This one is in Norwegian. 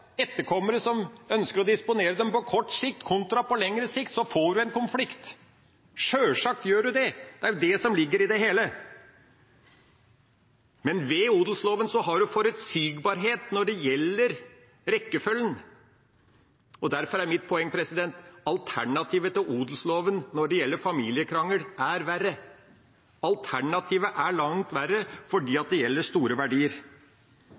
etterkommere som ønsker å disponere dem på kort sikt kontra på lengre sikt, får en konflikt – sjølsagt gjør en det, det er det som ligger i det hele. Men med odelsloven har en forutsigbarhet når det gjelder rekkefølgen, og derfor er mitt poeng: Alternativet til odelsloven når det gjelder familiekrangel, er verre. Alternativet er langt verre fordi det gjelder store verdier.